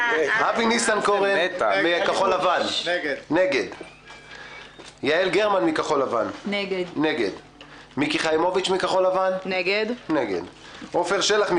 אבי ניסנקורן- נגד יעל גרמן- נגד מיקי חיימוביץ- נגד עפר שלח-